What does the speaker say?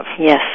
Yes